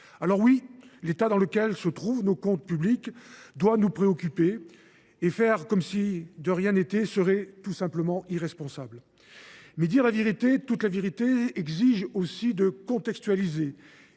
Alors oui, l’état dans lequel se trouvent nos comptes publics doit nous préoccuper et faire comme si de rien n’était serait tout simplement irresponsable. Mais dire la vérité, toute la vérité, exige aussi de contextualiser